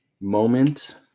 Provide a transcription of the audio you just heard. moment